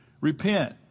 repent